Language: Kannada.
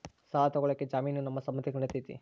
ಸಾಲ ತೊಗೋಳಕ್ಕೆ ಜಾಮೇನು ನಮ್ಮ ಸಂಬಂಧಿಕರು ನಡಿತೈತಿ?